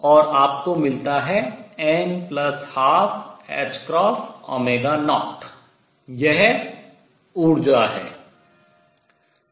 और आपको मिलता है n12 ℏ0 यह ऊर्जा है